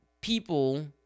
people